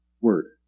word